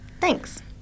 Thanks